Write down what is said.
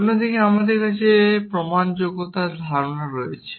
অন্যদিকে আমাদের কাছে প্রমাণযোগ্যতার ধারণা রয়েছে